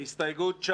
הסתייגות 16: